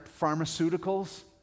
pharmaceuticals